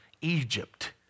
Egypt